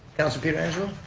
councilor pietrangelo?